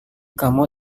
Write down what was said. kamu